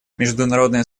международное